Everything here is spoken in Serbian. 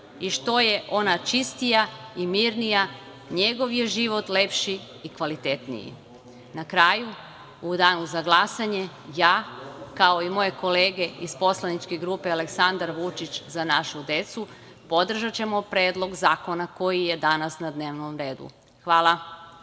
i što je ona čistija i mirnija njegov je život lepši i kvalitetniji. Na kraju, u danu za glasanje ja, kao i moje kolege iz poslaničke grupe „Aleksandar Vučić – Za našu decu“ podržaćemo Predlog zakona koji je danas na dnevnom redu. Hvala.